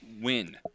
win